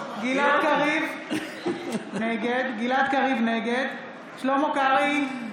בעד גלעד קריב, נגד שלמה קרעי,